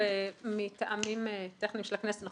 מטעמים טכניים של הכנסת,